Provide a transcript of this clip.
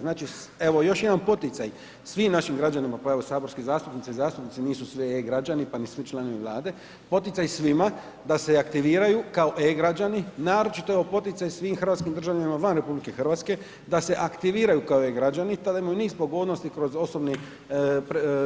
Znači, evo još jedan poticaj svim našim građanima, pa evo saborski zastupnice i zastupnici nisu sve e-građani, pa nisu članovi vlade, poticaj svima, da se aktiviraju, kao e-građani, naročito evo poticaj svim Hrvatskim državljanima van RH, da se aktiviraju kao e-građani, tada imaju niz pogodnosti, kroz osobni